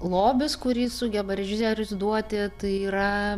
lobis kurį sugeba režisierius duoti tai yra